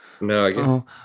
No